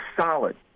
solid